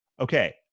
Okay